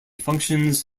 functions